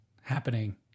happening